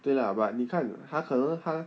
对啦 but 你看他可能他